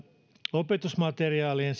opetusmateriaalien